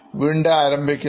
വീണ്ടും ആരംഭിക്കുന്നു